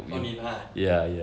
oh 你拿 ah